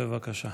בבקשה.